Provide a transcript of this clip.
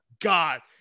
God